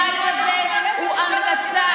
כשהחוק מבחינת הבית הזה הוא המלצה.